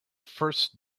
first